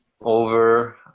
over